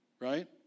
Right